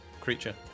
creature